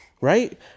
Right